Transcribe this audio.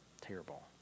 terrible